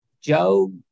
Joe